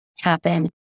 happen